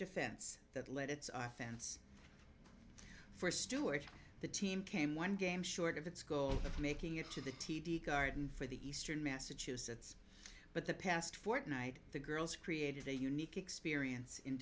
defense that led its offense for stewart the team came one game short of its goal of making it to the t d garden for the eastern massachusetts but the past fortnight the girls created a unique experience in